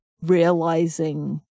realizing